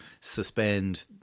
suspend